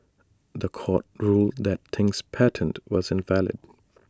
The Court ruled that Ting's patent was invalid